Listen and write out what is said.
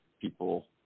people